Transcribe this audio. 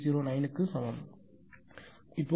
0030809 க்கு சமம்